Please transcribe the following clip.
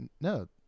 No